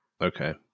okay